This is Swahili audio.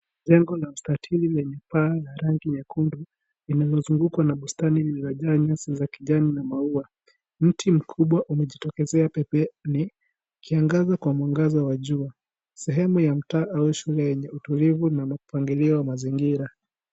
Jengo la mstatili lenye paa la rangi nyekundu, linalozungukwa na bustani lililo jaa nyasi za kijani na maua, mti mkubwa umejitokezea pembeni, ukiangaza kwa mwangaza wa jua, sehemu ya mtaa au shule yenye utulivu na upangilio wa mazingira,